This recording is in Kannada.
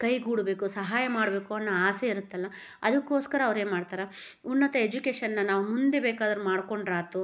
ಕೈಗೂಡಬೇಕು ಸಹಾಯ ಮಾಡಬೇಕು ಅನ್ನೊ ಆಸೆ ಇರುತ್ತಲ್ಲ ಅದಕೋಸ್ಕರ ಅವ್ರೇನು ಮಾಡ್ತಾರೆ ಉನ್ನತ ಎಜುಕೇಶನ್ನಾ ನಾವು ಮುಂದೆ ಬೇಕಾದ್ರು ಮಾಡ್ಕೊಂಡ್ರಾಯ್ತು